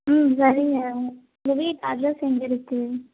ம் சரிங்க உங்கள் வீட்டு அட்ரெஸ் எங்கே இருக்குது